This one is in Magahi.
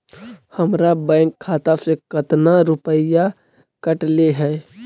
हमरा बैंक खाता से कतना रूपैया कटले है?